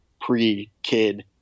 pre-kid